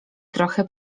trochę